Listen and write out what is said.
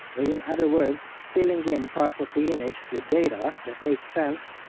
or in other words, filling in parts of the image with data that makes sense,